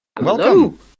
Welcome